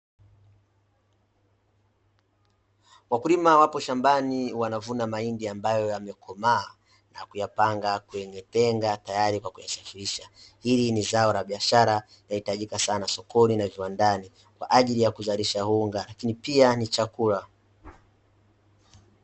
Wakulima wapo shambani wanavuna mahindi ambayo yamekomaa na kuyapanga kwenye tenga tayari kwa kuyasafirisha. Hili ni zao la biashara linahitajika sana sokoni na viwandani, kwa ajili ya kuzalisha unga, lakini pia ni chakula.